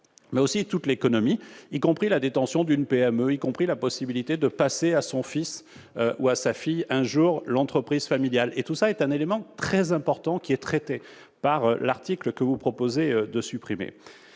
je dis toute l'économie, c'est aussi la détention d'une PME, y compris la possibilité de transmettre à son fils ou à sa fille, un jour, l'entreprise familiale. C'est un élément très important qui est traité par l'article que vous proposez de supprimer.